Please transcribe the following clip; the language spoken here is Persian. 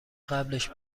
قبلش